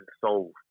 solve